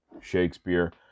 Shakespeare